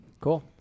Cool